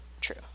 true